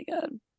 good